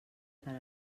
per